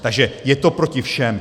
Takže je to proti všem.